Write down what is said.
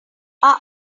our